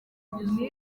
yabonye